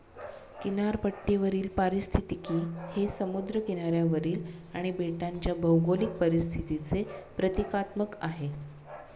किनारपट्टीवरील पारिस्थितिकी हे समुद्र किनाऱ्यावरील आणि बेटांच्या भौगोलिक परिस्थितीचे प्रतीकात्मक आहे